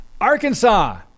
Arkansas